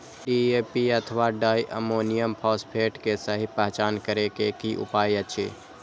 DAP अथवा diammonium phosphate के सहि पहचान करे के कि उपाय अछि?